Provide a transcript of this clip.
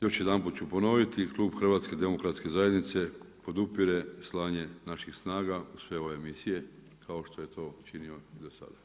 Još jedanput ću ponoviti, klub HDZ-a podupire slanje naših snaga u sve ove misije kao što je to činio do sada.